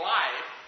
life